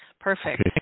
perfect